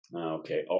okay